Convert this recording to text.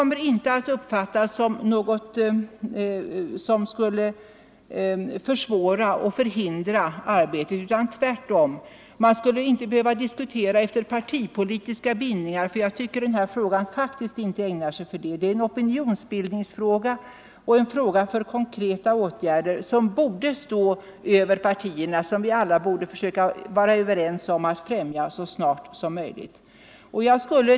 De skulle inte komma att uppfattas som försvårande och hindrande 28 november 1974 för arbetet. Tvärtom skulle man då slippa att diskutera efter partipolitiska bindningar. Jag tycker faktiskt att detta är en fråga som inte lämpar Jämställdhet sig för det. Det är en opinionsbildningsfråga och en fråga om konkreta mellan män och åtgärder. Den borde stå över partierna, och alla borde vi kunna enas kvinnor, m.m. om att nå målen så snart som möjligt.